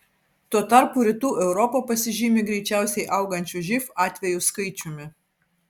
tuo tarpu rytų europa pasižymi greičiausiai augančiu živ atvejų skaičiumi